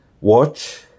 watch